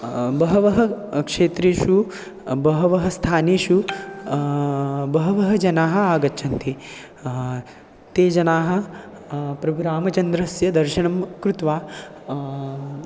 बहवः क्षेत्रेषु बहवः स्थानेषु बहवः जनाः आगच्छन्ति ते जनाः प्रभुरामचन्द्रस्य दर्शनं कृत्वा